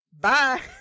Bye